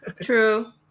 True